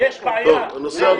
זה לא